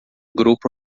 grupo